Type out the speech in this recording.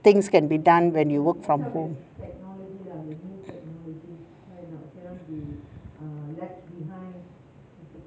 things can be done when you work from home